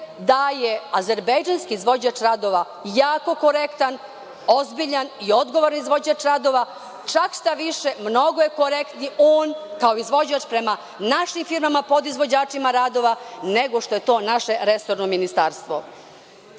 da je azerbejdžanski izvođač radova jako korektan ozbiljan i odgovoran izvođač radova, čak šta više mnogo je korektniji on kao izvođač prema našim firmama, podizvođačima radova nego što je to naše resorno ministarstvo. Resorno